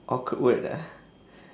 awkward ah